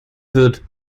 wird